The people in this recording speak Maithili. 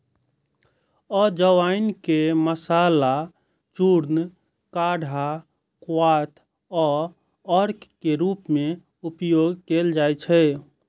अजवाइन के मसाला, चूर्ण, काढ़ा, क्वाथ आ अर्क के रूप मे उपयोग कैल जाइ छै